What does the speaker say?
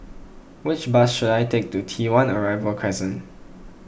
which bus should I take to T one Arrival Crescent